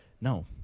No